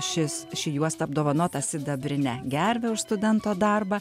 šis ši juosta apdovanota sidabrine gerve už studento darbą